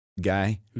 guy